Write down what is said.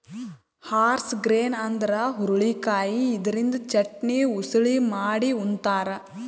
horse grain ಅಂದ್ರ ಹುರಳಿಕಾಯಿ ಇದರಿಂದ ಚಟ್ನಿ, ಉಸಳಿ ಮಾಡಿ ಉಂತಾರ್